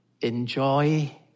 Enjoy